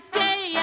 day